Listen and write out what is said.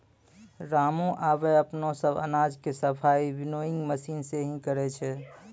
रामू आबॅ अपनो सब अनाज के सफाई विनोइंग मशीन सॅ हीं करै छै